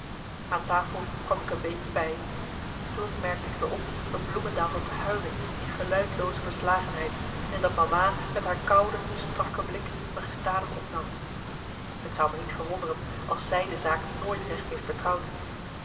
aan tafel kwam ik een beetje bij toen merkte ik weer op dat bloemendael zat te huilen in geluidlooze verslagenheid en dat mama met haar koude strakke blik me gestadig opnam het zou me niet verwonderen als zij de zaak nooit recht heeft vertrouwd